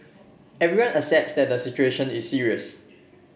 everyone accepts that the situation is serious